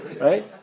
Right